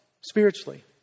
spiritually